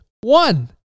one